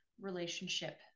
relationship